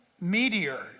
meteor